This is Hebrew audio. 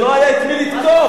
אז לא היה את מי לתקוף.